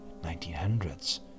1900s